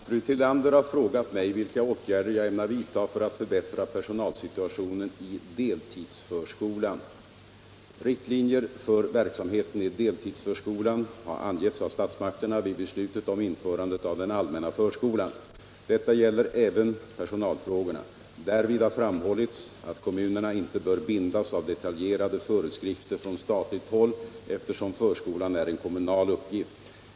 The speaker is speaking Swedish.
Herr talman! Fru Tillander har frågat mig vilka åtgärder jag ämnar vidta för att förbättra personalsituationen i deltidsförskolan. Riktlinjer för verksamheten i deltidsförskolan har angetts av statsmakterna vid beslutet om införandet av den allmänna förskolan. Detta gäller även personalfrågorna. Därvid har framhållits att kommunerna inte bör bindas av detaljerade föreskrifter från statligt håll eftersom förskolan är en kommunal uppgift.